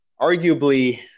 arguably –